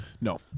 no